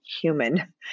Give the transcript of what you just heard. human